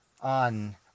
on